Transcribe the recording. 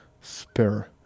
Spare